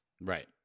Right